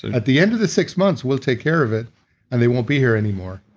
at the end of the six months we'll take care of it and they won't be here anymore